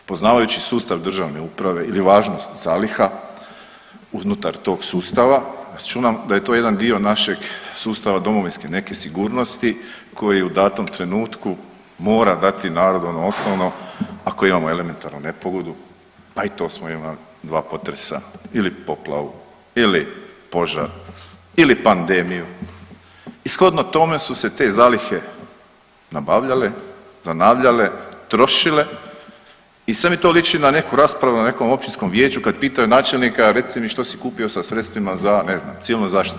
Poznavajući sustav državne uprave ili važnost zaliha unutar tog sustava računam da je to jedan dio našeg sustava domovinske neke sigurnosti koji u datom trenutku mora dati narodu ono osnovno ako imamo elementarnu nepogodu, a i to smo imali, 2 potresa ili poplavu ili požar ili pandemiju i shodno tome su se te zalihe nabavljale, zanavljale, trošile i sve mi to liči na neku raspravu na nekom općinskom vijeću kad pitaju načelnika reci mi što si kupio sa sredstvima za ne znam civilnu zaštitu.